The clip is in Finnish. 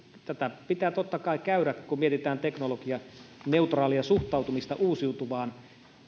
tätä pitää totta kai käydä kun mietitään teknologianeutraalia suhtautumista uusiutuvaan